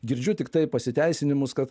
girdžiu tiktai pasiteisinimus kad